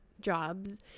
jobs